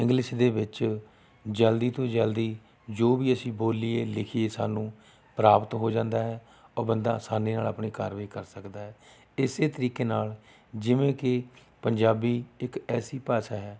English ਦੇ ਵਿੱਚ ਜਲਦੀ ਤੋਂ ਜਲਦੀ ਜੋ ਵੀ ਅਸੀਂ ਬੋਲੀਏ ਲਿਖੀਏ ਸਾਨੂੰ ਪ੍ਰਾਪਤ ਹੋ ਜਾਂਦਾ ਹੈ ਔਰ ਬੰਦਾ ਆਸਾਨੀ ਨਾਲ ਆਪਣੀ ਕਾਰਵਾਈ ਕਰ ਸਕਦਾ ਹੈ ਇਸ ਤਰੀਕੇ ਨਾਲ ਜਿਵੇਂ ਕਿ ਪੰਜਾਬੀ ਇੱਕ ਐਸੀ ਭਾਸ਼ਾ ਹੈ